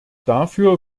dafür